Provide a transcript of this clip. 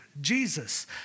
Jesus